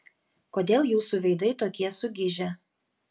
kodėl jūsų veidai tokie sugižę